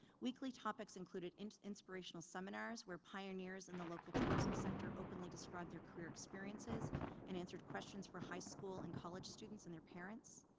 weekly topics included inspirational seminars, where pioneers in the local tourism sector openly described their career experiences and answered questions for high school and college students and their parents.